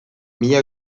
mila